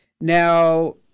Now